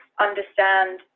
Understand